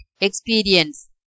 experience